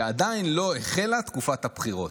שעדיין לא החלה תקופת הבחירות.